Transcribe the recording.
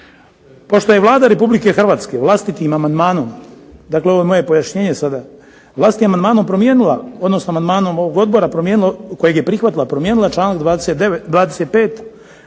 Pošto je Vlada Republike Hrvatske vlastitim amandmanom, dakle ovo je moje pojašnjenje sada, vlastitim amandmanom promijenila odnosno amandmanom ovog odbora kojeg je prihvatila promijenila članak 25.